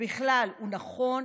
בכלל הוא נכון.